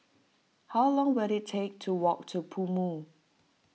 how long will it take to walk to PoMo